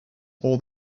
all